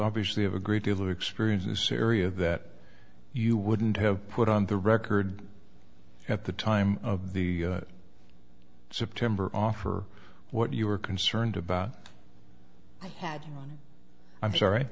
obviously have a great deal of experience in this area that you wouldn't have put on the record at the time of the september offer what you were concerned about i had one i'm sorry